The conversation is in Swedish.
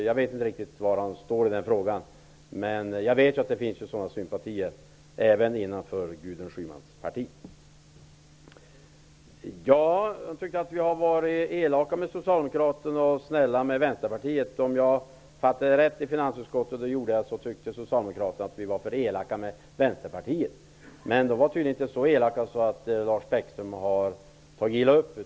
Jag vet inte riktigt var han står i den frågan, men jag vet att det finns sådana sympatier också i Gudrun Lars Bäckström tyckte att vi hade varit elaka mot Socialdemokraterna men snälla mot Vänsterpartiet. Om jag uppfattade debatten riktigt i finansutskottet tyckte socialdemokraterna i utskottet att vi hade varit för elaka mot Vänsterpartiet. Men vi har tydligen inte varit så elaka att Lars Bäckström har tagit illa upp.